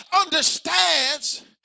understands